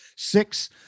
six